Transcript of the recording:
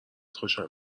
خوشم